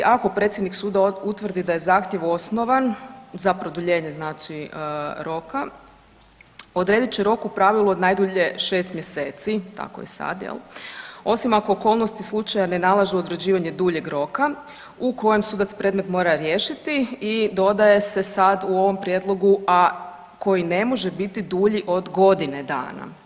Ako predsjednik suda utvrdi da je zahtjev osnovan za produljenje, znači roka odredit će rok u pravilu od najdulje šest mjeseci, tako je sad osim ako okolnosti slučaja ne nalažu određivanje duljeg roka u kojem sudac predmet mora riješiti i dodaje se sad u ovom prijedlogu a koji ne može biti dulji od godine dana.